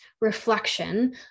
reflection